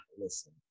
Listen